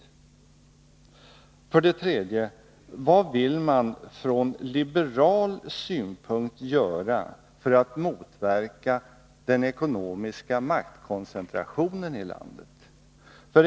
Den tredje frågan är: Vad vill man från liberal synpunkt göra för att motverka den ekonomiska markkoncentrationen i landet?